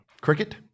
cricket